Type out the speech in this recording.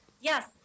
Yes